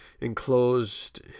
enclosed